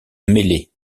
mêlées